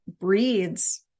breeds